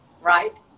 right